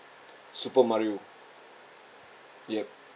super mario yup